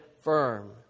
firm